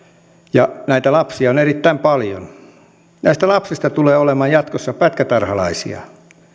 ja näitä lapsia on erittäin paljon tulee jatkossa pätkätarhalaisia